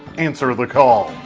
answer the call.